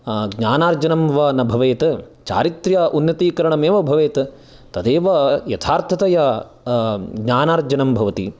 ज्ञानार्जनं वा न भवेत् चारित्र्य उन्नतीकरणमेव भवेत् तदेव यदार्थतया ज्ञानार्जनं भवति